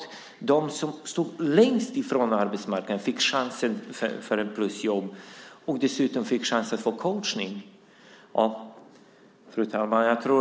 De som stod längst från arbetsmarknaden fick chansen till ett plusjobb och dessutom chansen att få coachning. Fru talman!